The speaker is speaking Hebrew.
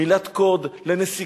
מלת קוד לנסיגה,